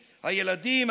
הילדים,